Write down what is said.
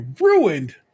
ruined